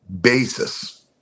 basis